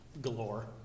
galore